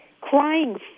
crying